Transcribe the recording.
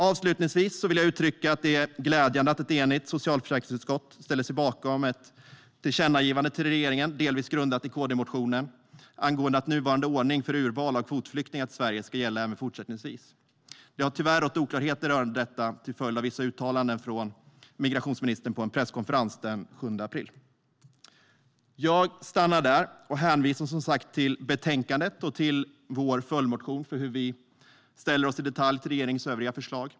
Avslutningsvis vill jag uttrycka att det är glädjande att ett enigt socialförsäkringsutskott ställer sig bakom ett tillkännagivande till regeringen - delvis grundat i KD-motionen - angående att nuvarande ordning för urval av kvotflyktingar till Sverige ska gälla även fortsättningsvis. Det har tyvärr rått oklarheter rörande detta till följd av vissa uttalanden från migrationsministern på en presskonferens den 7 april. Jag stannar där och hänvisar som sagt till betänkandet och till vår följdmotion för hur vi ställer oss i detalj till regeringens övriga förslag.